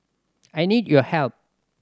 I need your help